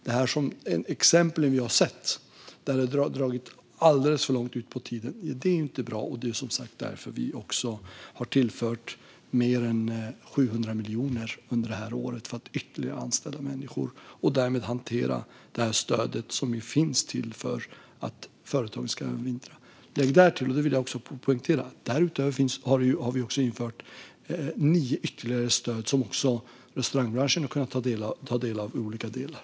Vi har sett exempel där det har dragit alldeles för långt ut på tiden. Det är inte bra. Det är som sagt också därför vi har tillfört mer än 700 miljoner för att anställa ytterligare människor i syfte att hantera det här stödet, som finns till för att företagen ska övervintra. Därutöver - detta vill jag poängtera - har vi infört nio ytterligare stöd som restaurangbranschen har kunnat ta del av i olika delar.